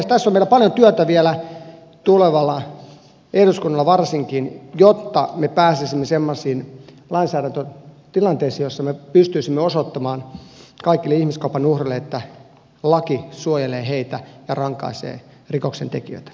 tässä on meillä paljon työtä vielä tulevalla eduskunnalla varsinkin jotta me pääsisimme semmoisiin lainsäädäntötilanteisiin joissa me pystyisimme osoittamaan kaikille ihmiskaupan uhreille että laki suojelee heitä ja rankaisee rikoksentekijöitä